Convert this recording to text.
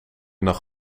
nog